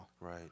Right